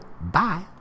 Bye